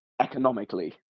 economically